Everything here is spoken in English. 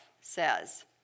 says